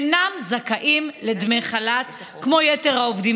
הם אינם זכאים לדמי חל"ת כמו יתר העובדים